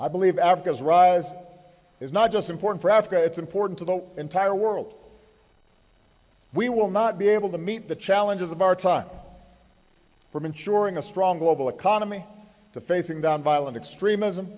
i believe africa's rise is not just important for africa it's important to the entire world we will not be able to meet the challenges of our time from ensuring a strong global economy to facing down violent extremism